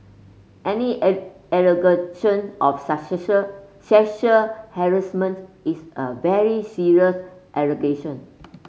any air allegation of sexual harassment is a very serious allegation